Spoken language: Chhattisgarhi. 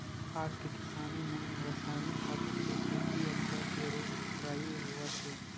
आज के किसानी म रसायनिक खातू के सेती अब्बड़ के रोग राई होवत हे